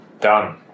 Done